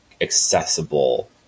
accessible